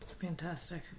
Fantastic